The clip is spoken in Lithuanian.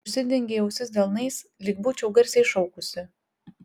užsidengei ausis delnais lyg būčiau garsiai šaukusi